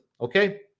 Okay